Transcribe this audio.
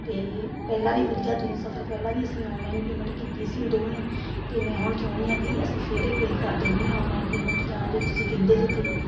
ਅਤੇ ਪਹਿਲਾਂ ਵੀ ਵਧੀਆ ਤੁਸੀਂ ਸਫਰ ਪਹਿਲਾਂ ਵੀ ਅਸੀਂ ਔਨਲਾਈਨ ਪੇਮੈਂਟ ਕੀਤੀ ਸੀ ਉਦੋਂ ਵੀ ਅਤੇ ਮੈਂ ਹੁਣ ਚਾਹੁੰਦੀ ਹਾਂ ਕਿ ਅਸੀਂ ਫਿਰ ਇੱਕ ਵਾਰੀ ਕਰ ਦਿੰਦੇ ਔਨਲਾਈਨ ਪੇਮੈਂਟ ਜਾਂ ਜੇ ਤੁਸੀਂ ਕਹਿੰਦੇ ਜੇ ਤਾਂ